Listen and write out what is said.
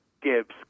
Gibbs